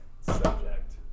subject